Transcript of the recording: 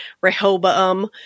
Rehoboam